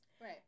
Right